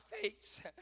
face